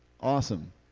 Awesome